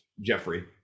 Jeffrey